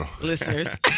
listeners